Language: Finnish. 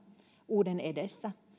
uuden edessä